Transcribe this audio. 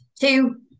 two